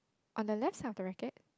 on the left side of the racket